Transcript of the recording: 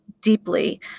deeply